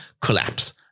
collapse